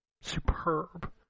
superb